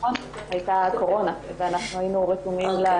אמרתי